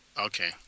Okay